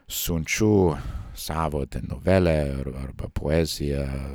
siunčiu savo novelę ar arba poeziją